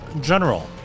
general